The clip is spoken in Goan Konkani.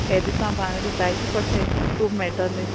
हे दिसान बांगडे जायत पोडटाले खूब मेळटोले